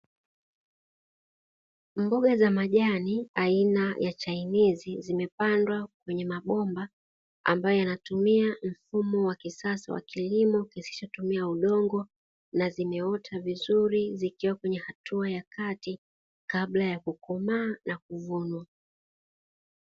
Mboga za majani aina ya chainizi zimepandwa kwenye mabomba ambayo yanatumia mfumo wa kisasa wa kilimo, kisichotumia udongo na zimeota vizuri zikiwa kwenye hatua ya kati kabla ya kukomaa na kuvunwa.